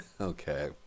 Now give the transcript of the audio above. Okay